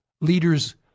leaders